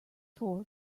four